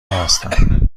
هستم